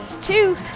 two